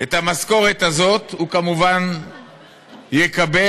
את המשכורת הזאת הוא כמובן יקבל,